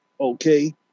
okay